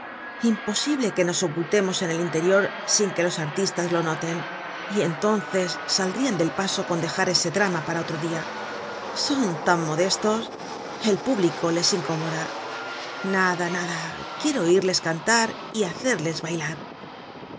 imposible que nos ocultemos en el interior sin que los artistas lo noten y entonces saldrian del paso con dejar ese drama para otro dia son tan modestos el público les incomoda nada nada quiero oirles cantar y hacerles bailar